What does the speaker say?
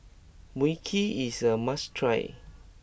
Mui Kee is a must try